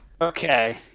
okay